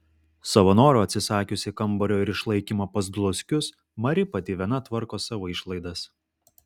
savo noru atsisakiusi kambario ir išlaikymo pas dluskius mari pati viena tvarko savo išlaidas